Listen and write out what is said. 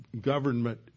government